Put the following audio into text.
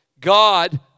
God